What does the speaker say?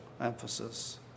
emphasis